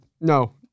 no